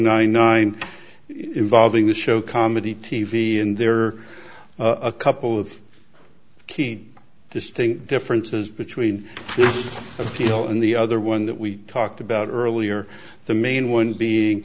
nine nine involving the show comedy t v and there are a couple of keen distinct differences between people and the other one that we talked about earlier the main one being